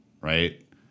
right